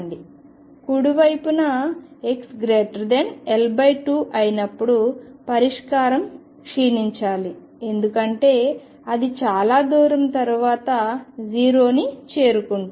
కుడి వైపున x L2 అయినప్పుడు పరిష్కారం క్షీణించాలి ఎందుకంటే అది చాలా దూరం తర్వాత 0 ని చేరుకుంటుంది